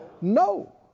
No